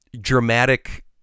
dramatic